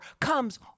comes